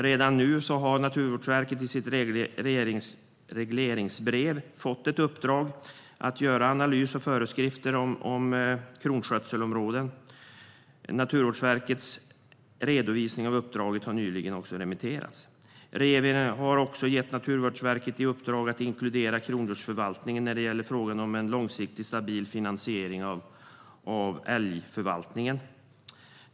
Redan nu har Naturvårdsverket i sitt regleringsbrev fått ett uppdrag att göra analyser och införa föreskrifter om kronskötselområden. Naturvårdsverkets redovisning av uppdraget har nyligen remitterats. Regeringen har också gett Naturvårdsverket i uppdrag att inkludera krondjursförvaltningen när det gäller frågan om en långsiktigt stabil finansiering av älgförvaltningen.